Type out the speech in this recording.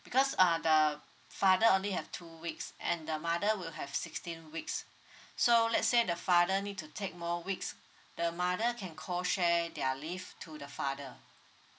because uh the father only have two weeks and the mother will have sixteen weeks so let's say the father need to take more weeks the mother can co share their leave to the father